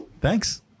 thanks